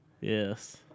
Yes